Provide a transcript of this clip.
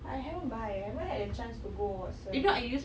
but I haven't buy I haven't had a chance to go Watsons